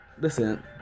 listen